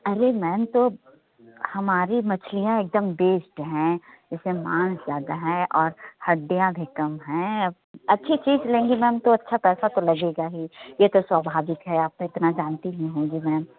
अरे मैम तो हमारी मछलियाँ एकदम बेस्ट हैं उसमें माँस ज्यादा है और हड्डियाँ भी कम हैं अब अच्छी चीज लेंगी मैम तो अच्छा पैसा तो लगेगा ही ये तो स्वाभाविक है आप इतना जानती ही होंगी मैम